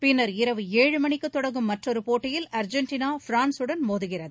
பின்னர் இரவு ஏழு மணிக்கு தொடங்கும் மற்றொரு போட்டியில் அர்ஜெண்டினா பிரான்ஸுடன் மோதுகிறது